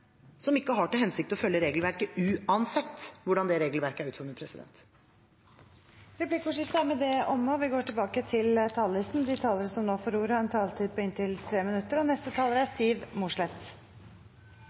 som ikke har til hensikt å følge regelverket uansett hvordan det er utformet. Replikkordskiftet er omme. De talere som heretter får ordet, har en taletid på inntil 3 minutter. Regjeringspartiene mener at det er